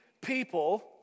people